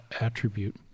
attribute